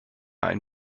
ein